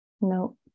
No